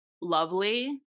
lovely